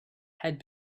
had